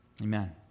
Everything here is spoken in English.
Amen